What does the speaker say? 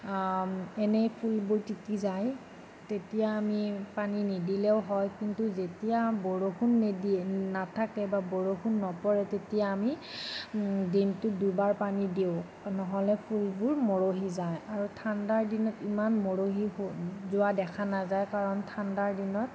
এনেই ফুলবোৰ তিতি যায় তেতিয়া আমি পানী নিদিলেও হয় কিন্তু যেতিয়া বৰষুণ নিদিয়ে নাথাকে বা বৰষুণ নপৰে তেতিয়া আমি দিনটোত দুবাৰ পানী দিওঁ নহ'লে ফুলবোৰ মৰহি যায় আৰু ঠাণ্ডাৰ দিনত মৰহি যোৱা দেখা নাযায় কাৰণ ঠাণ্ডাৰ দিনত